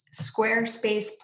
Squarespace